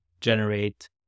generate